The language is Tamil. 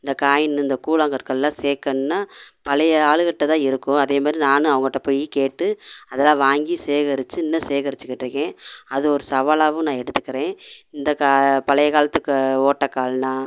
இந்த காயின்னு இந்த கூழாங்கற்கள்லாம் சேர்க்கணும்னா பழைய ஆளுகட்டதான் இருக்கும் அதேமாதிரி நான் அவங்கள்ட போய் கேட்டு அதெலாம் வாங்கி சேகரித்து இன்னும் சேகரிச்சிக்கிட்டிருக்கேன் அது ஒரு சவாலாகவும் நான் எடுத்துக்கிறேன் இந்த கால பழைய காலத்துக்கு ஓட்டை கால்ன்னா